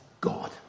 God